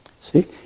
see